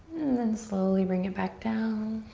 then slowly bring it back down.